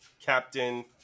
Captain